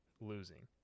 Losing